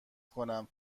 کنم